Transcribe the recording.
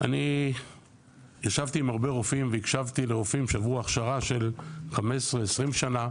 אני ישבתי עם הרבה רופאים והקשבתי לרופאים שעברו הכשרה של 15-20 שנים,